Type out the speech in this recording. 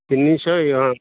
ତିନିଶହ ହଁ